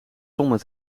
zonder